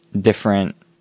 different